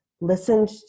listened